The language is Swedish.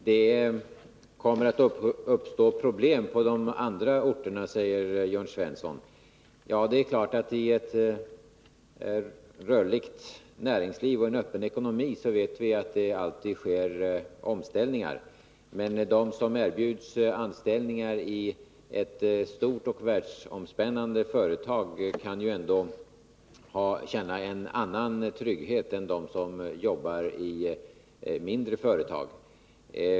Fru talman! Det kommer att uppstå problem på de andra orterna, säger Jörn Svensson. Ja, vi vet att det i ett rörligt näringsliv och i en öppen ekonomi alltid sker omställningar. Men de som erbjuds anställningar i ett stort och världsomspännande företag kan ju ändå känna en annan trygghet än de som jobbar i mindre företag.